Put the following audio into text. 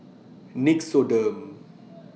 Nixoderm